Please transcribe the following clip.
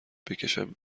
بکشونم